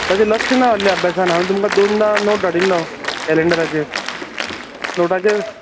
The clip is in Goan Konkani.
ताचे लक्ष्य ना हाल्ली अभ्यासांत हांवें तुमकां दोनदा नोट धाडिल्लो कॅलेडरांचेर नोटाचेर